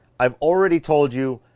i've already told you,